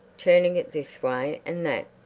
turning it this way and that.